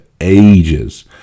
ages